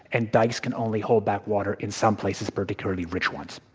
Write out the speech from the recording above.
and dikes can only hold back water in some places, particularly rich ones.